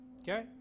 okay